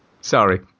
Sorry